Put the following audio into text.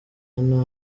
anna